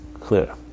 Clear